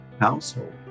household